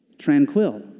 tranquil